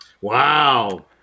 Wow